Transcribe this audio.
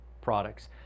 products